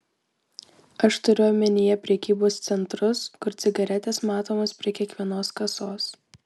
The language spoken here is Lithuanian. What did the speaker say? aš turiu omenyje prekybos centrus kur cigaretės matomos prie kiekvienos kasos